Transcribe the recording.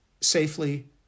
safely